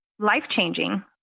life-changing